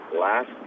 last